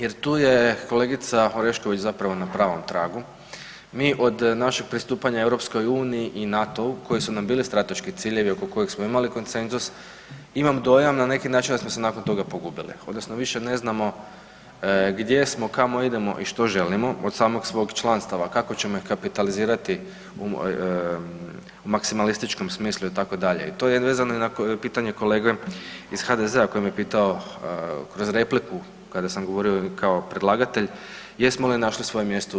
Jer tu je kolegica Orešković zapravo na pravom tragu, mi od našeg pristupanja EU-u i NATO-u, koji su nam bili strateški ciljevi oko kojeg smo imali konsenzus, imam dojam na neki način da smo se nakon toga pogubili odnosno više ne znamo gdje smo, kamo idemo i što želimo od samog svog članstva, kako ćemo kapitalizirati u maksimalističkom smislu itd. i to je vezano jednako i na pitanje kolege iz HDZ-a koji me pitao kroz repliku kada sam govorio kao predlagatelj, jesmo li našli svoje mjesto u EU.